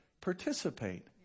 participate